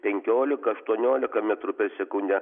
penkiolika aštuoniolika metrų per sekundę